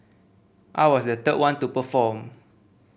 I was the third one to perform